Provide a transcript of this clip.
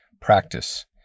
practice